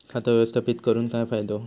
खाता व्यवस्थापित करून काय फायदो?